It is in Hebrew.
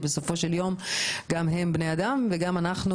בסופו של יום גם הם בני אדם וגם אנחנו